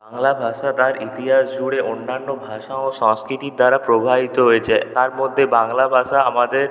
বাংলা ভাষা তার ইতিহাস জুড়ে অন্যান্য ভাষা ও সংস্কৃতির দ্বারা প্রভাবিত হয়েছে তার মধ্যে বাংলা ভাষা আমাদের